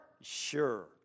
Sure